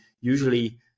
usually